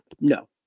No